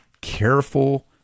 careful